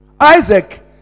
isaac